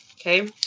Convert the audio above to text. Okay